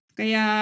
kaya